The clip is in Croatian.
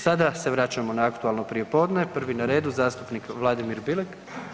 Sada se vraćamo na aktualno prijepodne, prvi na redu zastupnik Vladimir Bilek.